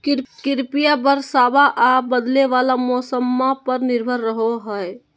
कृषिया बरसाबा आ बदले वाला मौसम्मा पर निर्भर रहो हई